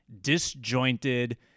disjointed